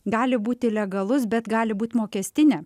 gali būti legalus bet gali būt mokestinė